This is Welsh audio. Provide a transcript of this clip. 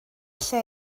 lle